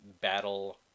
Battle